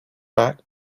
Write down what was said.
back